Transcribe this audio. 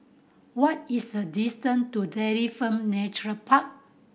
what is the distant to Dairy Farm Nature Park